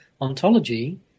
ontology